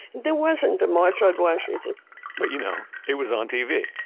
there wasn't a march on washington but, you know, it was on tv!